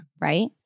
Right